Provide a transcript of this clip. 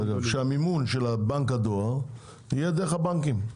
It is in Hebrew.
שהמימון של בנק הדואר יהיה דרך הבנקים.